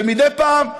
ומדי פעם,